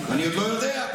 אני עוד לא יודע.